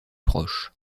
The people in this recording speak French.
proche